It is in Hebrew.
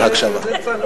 אבל יש גם נימוס של הקשבה.